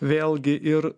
vėlgi ir